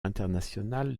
international